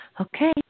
okay